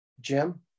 Jim